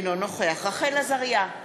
אינו נוכח רחל עזריה,